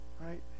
right